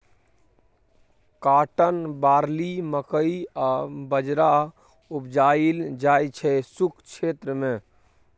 cotton, barley, मकइ आ बजरा उपजाएल जाइ छै शुष्क क्षेत्र मे